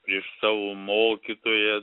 prieš savo mokytoją